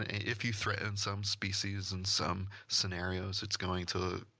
if you threatened some species in some scenarios it's going to,